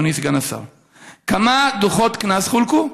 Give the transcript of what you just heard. אדוני סגן השר: 1. כמה דוחות קנס חולקו?